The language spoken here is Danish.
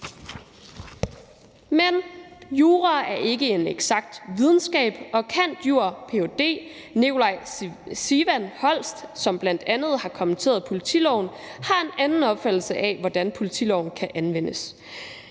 men jura er ikke en eksakt videnskab, og cand.jur. og ph.d. Nicolaj Sivan Holst, som bl.a. har kommenteret politiloven, har en anden opfattelse af, hvordan politiloven kan anvendes.